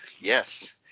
Yes